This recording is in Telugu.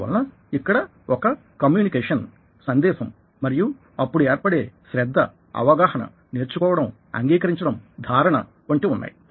అందువలన ఇక్కడ ఒక కమ్యూనికేషన్ సందేశం మరియు అప్పుడు ఏర్పడే శ్రద్ధ అవగాహన నేర్చుకోవడం అంగీకరించడం ధారణ వంటివి ఉన్నాయి